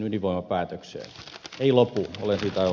ei lopu olen siitä aivan vakuuttunut